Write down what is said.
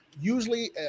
usually